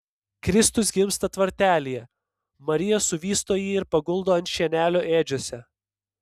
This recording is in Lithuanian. kristus gimsta tvartelyje marija suvysto jį ir paguldo ant šienelio ėdžiose